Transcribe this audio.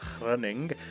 Running